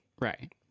Right